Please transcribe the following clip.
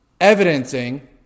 evidencing